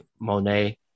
monet